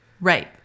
Right